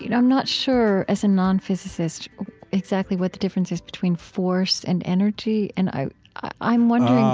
you know i'm not sure as a nonphysicist exactly what the difference is between force and energy. and i'm i'm wondering,